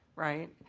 right?